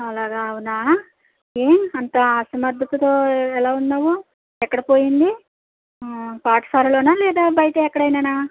అలాగా అవునా ఏ అంత అసమర్ధతతో ఎలా ఉన్నావు ఎక్కడ పోయింది ఆ పాఠశాలలోనా లేదా బయట ఎక్కడైనా